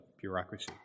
bureaucracy